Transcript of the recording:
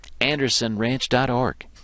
AndersonRanch.org